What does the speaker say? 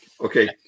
Okay